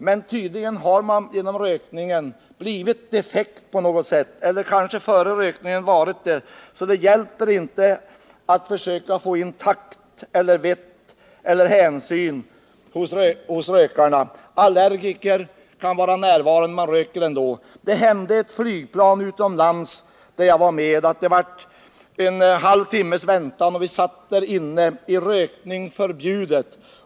Men tydligen har man genom rökningen blivit defekt på något sätt eller kanske redan innan man började röka varit det, varför det inte hjälper att försöka få in takt, vett eller hänsyn i rökarna. Allergiker kan vara närvarande, men man röker ändå. Det hände att ett flygplan som jag reste med fick lov att vänta en halv timme. Vi satt i flygplanet, där rökning var förbjuden.